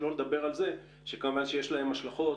שלא לדבר על זה שיש להם השלכות